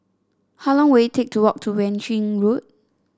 how long will it take to walk to Yuan Ching Road